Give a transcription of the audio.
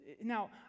Now